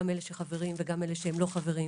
גם אלה שהם חברים וגם אלה שהם לא חברים.